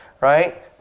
right